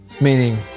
Meaning